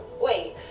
Wait